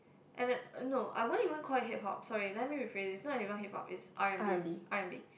ah nah no I won't even call it Hip-hop sorry let me rephrase this it's not even Hip-Hop it's R and B R and B